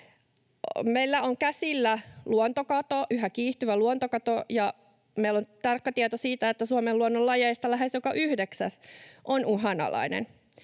Meillä on käsillä yhä kiihtyvä luontokato, ja meillä on tarkka tieto siitä, että Suomen luonnon lajeista lähes joka yhdeksäs on uhanalainen.